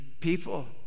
people